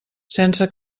sense